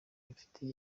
mfitiye